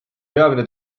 peamine